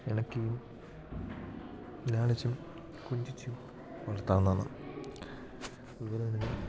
ഇണക്കിയും ലാളിച്ചും കൊഞ്ചിച്ചും വളര്ത്താവുന്നാന്ന് കുഞ്ഞിനാണ് എങ്കില്